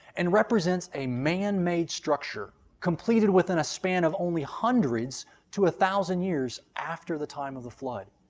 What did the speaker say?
and represents a man-made structure completed within a span of only hundreds to a thousand years after the time of the flood.